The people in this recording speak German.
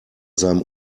seinem